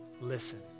Listen